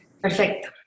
Perfecto